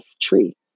tree